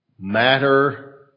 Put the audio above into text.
matter